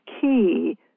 key